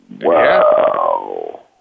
Wow